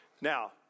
Now